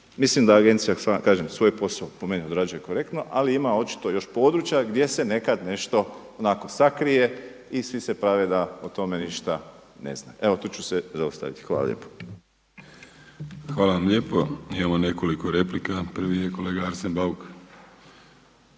Mislim da agencija kažem svoj posao po meni odrađuje korektno, ali ima očito još područja gdje se nekad nešto onako sakrije i svi se prave da o tome ništa ne znaju. Evo tu ću se zaustaviti. Hvala lijepo. **Vrdoljak, Ivan (HNS)** Hvala vam lijepo. Imamo nekoliko replika. Prvi je kolega Arsen Bauk.